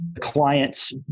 client's